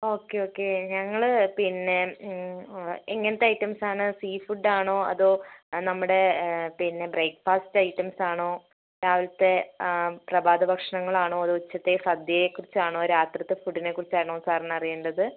okay okay ഞങ്ങൾ പിന്നെ അങ്ങനത്തെ ഐറ്റംസ് ആണ് സീ ഫുഡ് ആണോ അതോ നമ്മുടെ പിന്നെ ബ്രേക്ക്ഫാസ്റ്റ് ഐറ്റംസ് ആണോ രാവിലത്തെ പ്രഭാതഭക്ഷണങ്ങളാണോ അതോ ഉച്ചത്തെ സദ്യയെക്കുറിച്ചാണോ രാത്രിത്തെ ഫുഡിനെക്കുറിച്ചാണോ സാറിന് അറിയേണ്ടത്